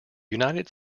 united